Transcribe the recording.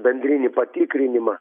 bendrinį patikrinimą